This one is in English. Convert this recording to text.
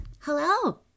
Hello